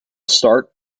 start